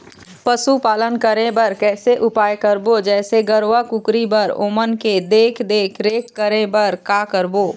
पशुपालन करें बर कैसे उपाय करबो, जैसे गरवा, कुकरी बर ओमन के देख देख रेख करें बर का करबो?